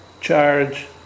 charge